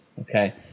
okay